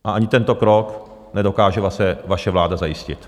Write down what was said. A ani tento krok nedokáže vaše vláda zajistit.